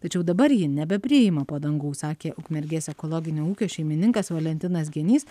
tačiau dabar ji nebepriima padangų sakė ukmergės ekologinio ūkio šeimininkas valentinas genys